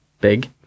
Big